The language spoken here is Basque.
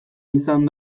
izan